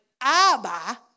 Abba